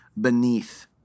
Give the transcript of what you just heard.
beneath